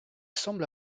semble